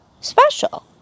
special